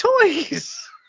Toys